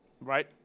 Right